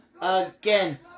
Again